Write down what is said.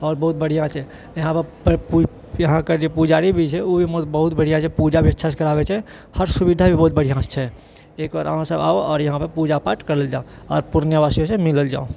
आओर बहुत बढ़िआँ छै यहाँ पे यहाँके पुजारी जे छै ओहो बहुत बढ़िआँ छै पूजा भी अच्छा से कराबए छै हर सुविधा भी बहुत बढ़िआँ छै एक बेर अहाँ सब आउ आ पूजा पाठ करल जाउ आओर पूर्णियाँ बासी से मिलल जाउ